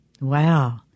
Wow